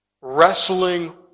wrestling